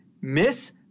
Miss